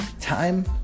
Time